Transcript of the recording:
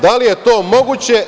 Da li je to moguće?